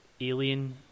alien